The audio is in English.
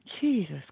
Jesus